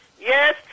Yes